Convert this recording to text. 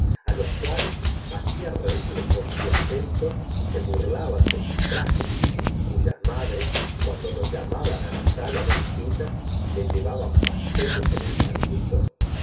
á los cuales hacía reir por su acento y se burlaban de sus trajes y cuyas madres cuando los llamaban la sala de visitas les llevaban pasteles en el manguito